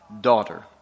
Daughter